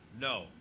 No